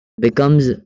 becomes